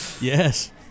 Yes